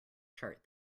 chart